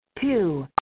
Two